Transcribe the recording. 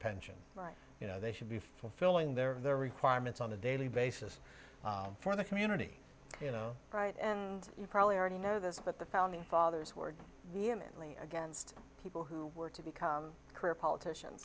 pension right you know they should be fulfilling their requirements on a daily basis for the community you know and you probably already know this but the founding fathers were the eminently against people who were to become career politicians